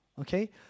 Okay